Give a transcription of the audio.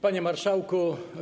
Panie Marszałku!